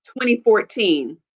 2014